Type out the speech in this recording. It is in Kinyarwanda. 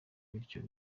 bityo